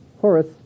Horace